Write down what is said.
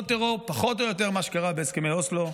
עוד טרור, פחות או יותר מה שקרה בהסכמי אוסלו,